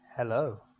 Hello